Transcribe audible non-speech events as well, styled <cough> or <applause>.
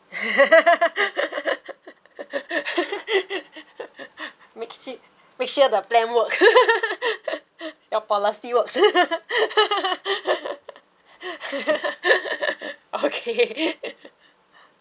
<laughs> make su~ make sure the plan work <laughs> your policy works <laughs> okay